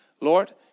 Lord